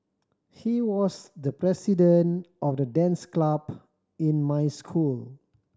he was the president of the dance club in my school